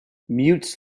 mutes